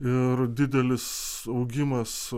ir didelis augimas